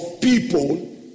people